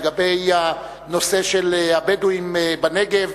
לגבי הנושא של הבדואים בנגב,